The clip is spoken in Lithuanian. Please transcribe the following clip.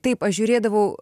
taip aš žiūrėdavau